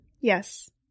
Yes